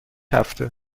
هفته